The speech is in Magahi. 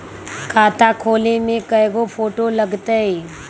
खाता खोले में कइगो फ़ोटो लगतै?